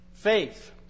Faith